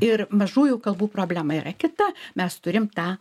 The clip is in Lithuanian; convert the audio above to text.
ir mažųjų kalbų problema yra kita mes turim tą